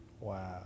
Wow